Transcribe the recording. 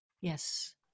Yes